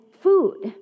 food